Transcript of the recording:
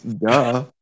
duh